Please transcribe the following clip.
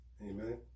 Amen